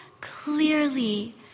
clearly